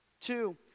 Two